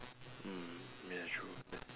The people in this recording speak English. mm ya true that's